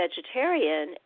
vegetarian